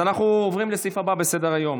אנחנו עוברים לסעיף הבא בסדר-היום,